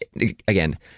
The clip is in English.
again